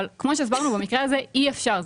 אבל כמו שהסברנו במקרה הזה אי אפשר.